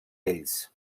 ells